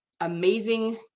amazing